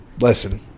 listen